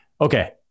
Okay